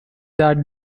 that